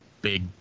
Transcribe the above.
big